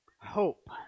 Hope